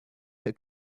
that